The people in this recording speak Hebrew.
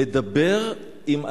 לדבר עם הילדים.